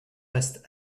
reste